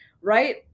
right